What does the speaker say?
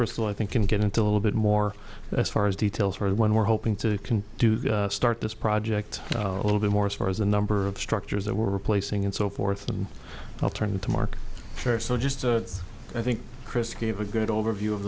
personal i think can get into a little bit more as far as details when we're hoping to can do to start this project a little bit more as far as the number of structures that were replacing and so forth and i'll turn to marc cherry so just i think chris gave a good overview of